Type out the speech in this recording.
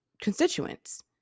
constituents